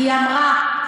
היא אמרה.